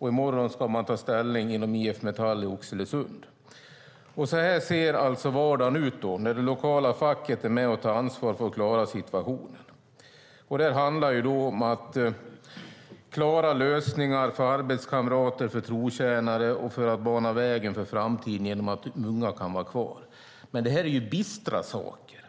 I morgon ska man ta ställning inom IF Metall i Oxelösund. Så här ser alltså vardagen ut när det lokala facket är med och tar ansvar för att klara situationen. Det handlar om att hitta lösningar för arbetskamrater och trotjänare och bana väg inför framtiden genom att de unga kan vara kvar. Men detta är bistra saker.